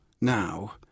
now